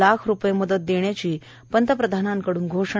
लाख रुपये मदत देण्याची पंतप्रधानांकडून घोषणा